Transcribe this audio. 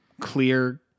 clear